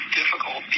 difficult